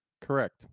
Correct